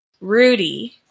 Rudy